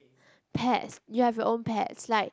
pets you have your own pets like